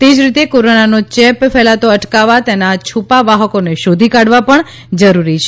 તે જ રીતે કોરોનનો ચેપ ફેલાતો અટકાવવા તેનાં છુપા વાહકોને શોધી કાઢવા પણ જરૂરી છે